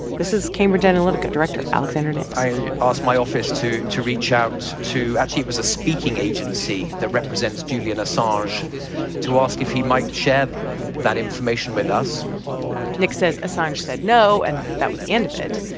this is cambridge analytica director alexander nix i asked my office to to reach out to actually it was a speaking agency that represents julian assange to ask if he might share that information with us nix says assange said no, and that was the end of it.